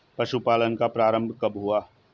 पशुपालन का प्रारंभ कब हुआ?